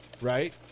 right